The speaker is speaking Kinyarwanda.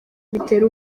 bitera